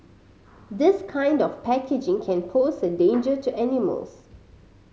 this kind of packaging can pose a danger to animals